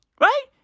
Right